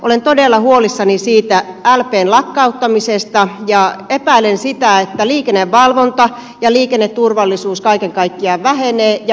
olen todella huolissani siitä lpn lakkauttamisesta ja epäilen sitä että liikennevalvonta ja liikenneturvallisuus kaiken kaikkiaan vähenevät